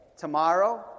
tomorrow